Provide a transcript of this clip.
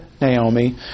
Naomi